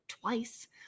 twice